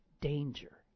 danger